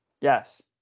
yes